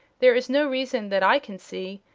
there is no reason, that i can see,